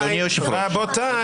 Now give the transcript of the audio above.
אדוני היושב-ראש --- רבותיי,